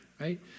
right